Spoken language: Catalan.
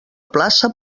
plaça